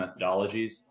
methodologies